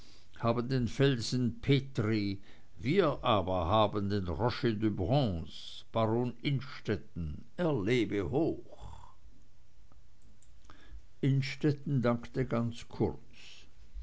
haben den felsen petri wir aber haben den rocher de bronce baron innstetten er lebe hoch innstetten dankte ganz kurz